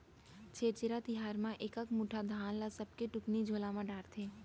छेरछेरा तिहार म एकक मुठा धान ल सबके टुकनी झोला म डारथे